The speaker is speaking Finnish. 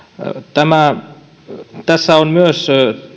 tässä